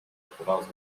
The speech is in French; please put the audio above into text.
province